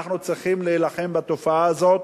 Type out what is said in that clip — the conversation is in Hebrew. אנחנו צריכים להילחם בתופעה הזאת.